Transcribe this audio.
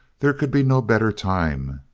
there could be no better time.